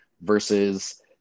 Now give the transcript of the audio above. versus